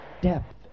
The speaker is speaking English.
depth